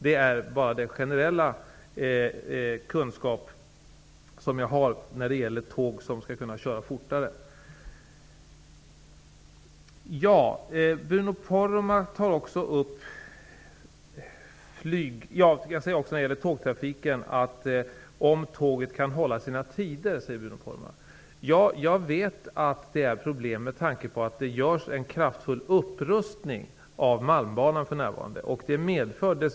Det är den generella kunskap som jag har när det gäller tåg som skall kunna köra fortare. Bruno Poromaa tar upp detta med att tågen inte kan hålla sina tider. Jag vet att det är problem på grund av att det görs en kraftfull upprustning av malmbanan för närvarande.